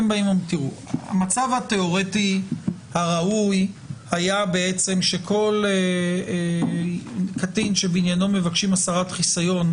המצב התיאורטי הראוי היה שכל קטין שבעניינו מבקשים הסרת חיסיון,